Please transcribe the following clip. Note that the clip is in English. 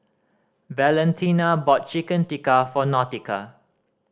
Valentina bought Chicken Tikka for Nautica